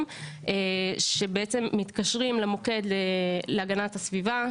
שבעצם מתקשרים למוקד להגנת הסביבה,